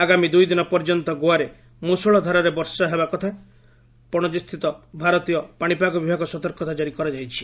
ଆଗାମୀ ଦୁଇଦିନ ପର୍ଯ୍ୟନ୍ତ ଗୋଆରେ ମୁଷଳଧାରାରେ ବର୍ଷା ହେବା କଥା ପଣଜୀସ୍ଥିତ ଭାରତୀୟ ପାଣିପାଗ ବିଭାଗ ସତର୍କତା ଜାରି କରାଯାଇଛି